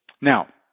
Now